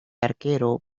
arquero